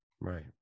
Right